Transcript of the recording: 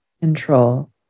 control